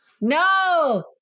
no